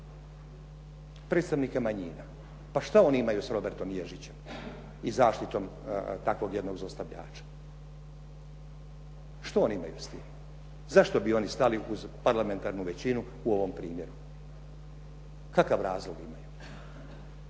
predstavnike manjina. Pa šta oni imaju sa Robertom Ježićem i zaštitom takvog jednog zlostavljača? Što oni imaju s time? Zašto bi oni stali uz parlamentarnu većinu u ovom primjeru? Kakav razlog imaju?